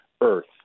earth